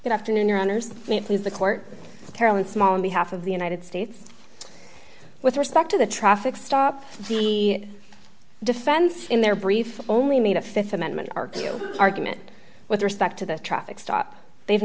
good afternoon your honors please the court carolyn small on behalf of the united states with respect to the traffic stop the defense in their brief only made a th amendment argue argument with respect to the traffic stop they've